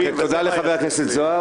תודה לחבר הכנסת זוהר.